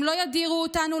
הם לא ידירו אותנו,